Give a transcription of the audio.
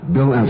Bill